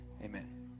Amen